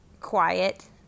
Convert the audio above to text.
quiet